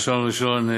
אז ראשון ראשון.